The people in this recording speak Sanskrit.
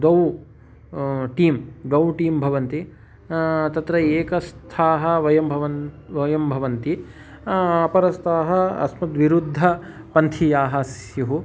द्वौ टीं द्वौ टीं भवन्ति तत्र एकस्थाः वयं भवन् वयं भवन्ति अपरस्थाः अस्मद् विरुद्धपन्थीयाः स्युः